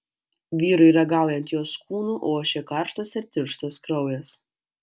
vyrui ragaujant jos kūnu ošė karštas ir tirštas kraujas